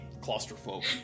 claustrophobic